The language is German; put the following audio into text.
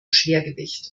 schwergewicht